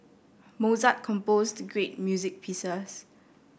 Mozart composed great music pieces